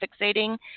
fixating